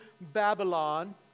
Babylon